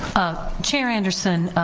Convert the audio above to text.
chair anderson,